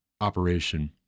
operation